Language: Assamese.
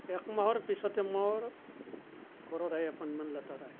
এমাহৰ পিছত মোৰ ঘৰত এপইণ্টমেণ্ট লেটাৰ আহিল